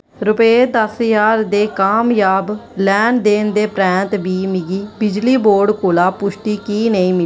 रपे दस ज्हार दे कामयाब लैन देन दे परैंत्त बी मिगी बिजली बोर्ड कोला पुश्टी की नेईं मि